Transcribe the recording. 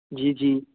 ਜੀ ਜੀ